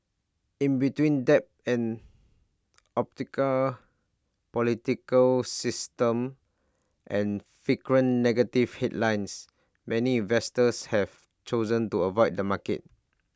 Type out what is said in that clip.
in between debt an opaque political system and frequent negative headlines many investors have chosen to avoid the market